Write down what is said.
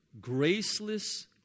Graceless